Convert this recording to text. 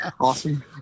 awesome